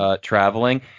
traveling